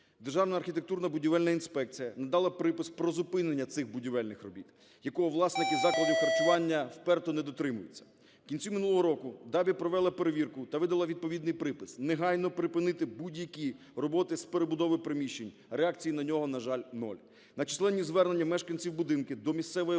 Державна архітектурно-будівельна інспекція надала припис про зупинення цих будівельних робіт, якого власники закладів харчування вперто не дотримуються. В кінці минулого року ДАБІ провела перевірку та видала відповідний припис: негайно припинити будь-які роботи з перебудови приміщень. Реакції на нього, на жаль, нуль. На численні звернення мешканців будинку до місцевої влади